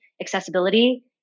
accessibility